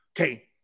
Okay